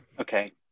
Okay